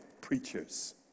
preachers